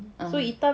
a'ah